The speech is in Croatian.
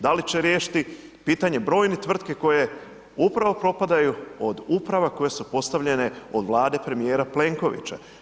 Da li će riješiti pitanje brojnih tvrtki koje upravo propadaju od uprav koje su postavljene od Vlade premijera Plenkovića?